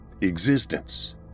existence